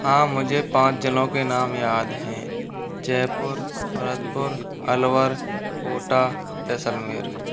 हाँ मुझे पाँच जिलों के नाम याद हैं जयपुर भरतपुर अलवर कोटा जैसलमेर